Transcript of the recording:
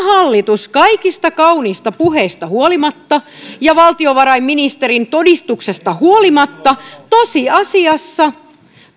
hallitus kaikista kauniista puheista huolimatta ja valtiovarainministerin todistuksesta huolimatta tosiasiassa